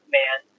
man